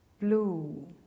blue